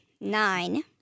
Nine